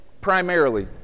primarily